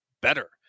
better